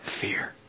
fear